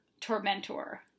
tormentor